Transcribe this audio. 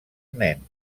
nen